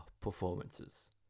performances